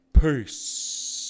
peace